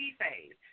phase